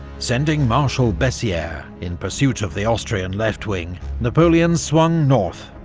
sending marshal bessieres in pursuit of the austrian left wing, napoleon swung north,